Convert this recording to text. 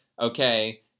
okay